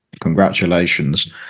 Congratulations